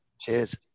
cheers